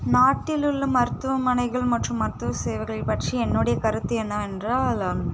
நாட்டில் உள்ள மருத்துவமனைகள் மற்றும் மருத்துவ சேவைகளை பற்றி என்னுடைய கருத்து என்னவென்றால்